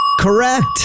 Correct